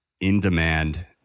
in-demand